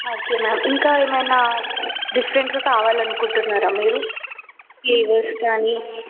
okay ma'am ఇంకా ఏమైనా డిఫరెంట్గా కావాలనుకుంటున్నారా మీరు ఫ్లేవర్స్ కానీ